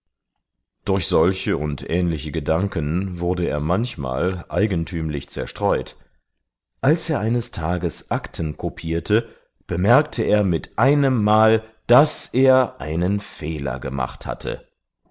durch solche und ähnliche gedanken wurde er manchmal eigentümlich zerstreut als er eines tages akten kopierte bemerkte er mit einemmal daß er einen fehler gemacht hatte